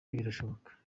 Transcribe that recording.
birashoboka